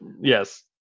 yes